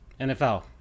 NFL